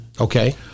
Okay